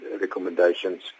recommendations